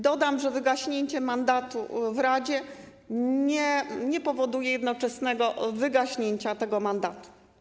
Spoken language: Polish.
Dodam, że wygaśnięcie mandatu w radzie nie powoduje jednoczesnego wygaśnięcia tego mandatu.